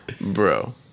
Bro